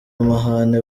amahane